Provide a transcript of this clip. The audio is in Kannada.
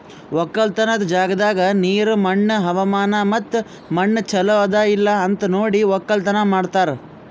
ಒಕ್ಕಲತನದ್ ಜಾಗದಾಗ್ ನೀರ, ಮಣ್ಣ, ಹವಾಮಾನ ಮತ್ತ ಮಣ್ಣ ಚಲೋ ಅದಾ ಇಲ್ಲಾ ಅಂತ್ ನೋಡಿ ಒಕ್ಕಲತನ ಮಾಡ್ತಾರ್